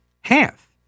Half